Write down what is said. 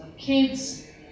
kids